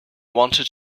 wanted